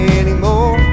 anymore